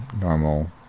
normal